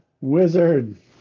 wizard